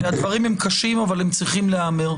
אלה דברים קשים אבל הם צריכים להיאמר.